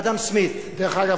אדם סמית דרך אגב,